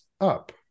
up